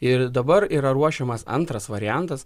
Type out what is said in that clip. ir dabar yra ruošiamas antras variantas